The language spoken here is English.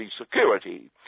security